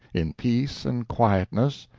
in peace and quietness.